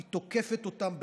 היא תוקפת אותם באלימות.